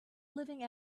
living